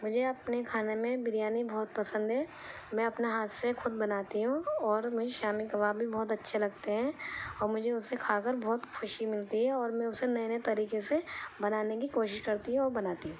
مجھے اپنے کھانے میں بریانی بہت پسند ہے میں اپنے ہاتھ سے خود بناتی ہوں اور مجھے شامی کباب بھی بہت اچھے لگتے ہیں اور مجھے اسے کھا کر بہت خوشی ملتی ہے اور میں اسے نئے نئے طریقے سے بنانے کی کوشش کرتی ہوں اور بناتی ہوں